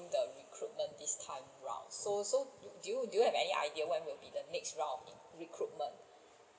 the recruitment this time round so so do you do you have any idea when would be the next round of recruitment